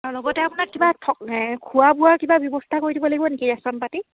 আৰু লগতে আপোনাক কিবা খোৱা বোৱাৰ কিবা ব্যৱস্থা কৰি দিব লাগিব নেকি ৰেচন পাতি